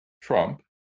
Trump